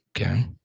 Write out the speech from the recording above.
Okay